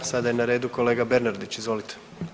Sada je na redu kolega Bernardić, izvolite.